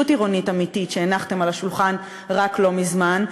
עירונית אמיתית שהנחתם על השולחן רק לא מזמן.